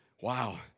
Wow